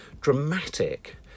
dramatic